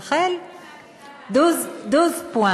רחל, דוז פואה.